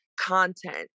content